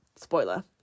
spoiler